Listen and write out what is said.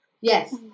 Yes